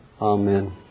Amen